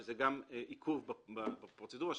שזה גם עיכוב בפרוצדורה.